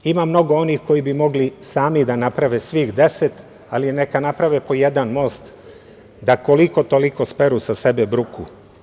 Ima mnogo onih koji bi mogli sami da naprave svih deset, ali neka naprave po jedan most, da koliko-toliko speru sa sebe bruku.